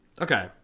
Okay